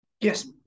Yes